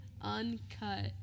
uncut